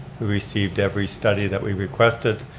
we received every study that we requested,